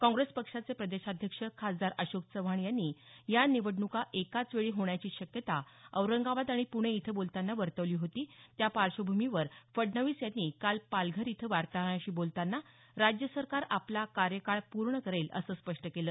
काँगेस पक्षाचे प्रदेशाध्यक्ष खासदार अशोक चव्हाण यांनी या निवडणुका एकाच वेळी होण्याची शक्यता औरंगाबाद आणि पुणे इथं बोलतांना वर्तवली होती त्या पार्श्वभूमीवर फडणवीस यांनी काल पालघर इथं वार्ताहरांशी बोलतांना राज्यसरकार आपला कार्यकाळ पूर्ण करेल असं स्पष्ट केलं